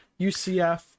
ucf